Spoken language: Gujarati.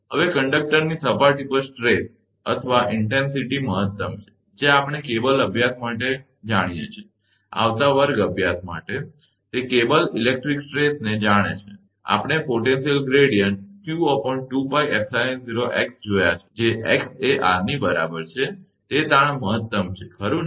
હવે કંડક્ટરની સપાટી પર તાણ અથવા તીવ્રતા મહત્તમ છે જે આપણે કેબલ અભ્યાસ માટે જાણીએ છીએ આવતા વર્ગ અભ્યાસ માટે તે કેબલ ઇલેક્ટ્રિક તાણને જાણે છે આપણે પોટેન્શિયલ ગ્રેડીયંટ 𝑞2𝜋𝜖𝑜𝑥 જોયા છે જે x એ r ની બરાબર છે કે તાણ મહત્તમ છે ખરુ ને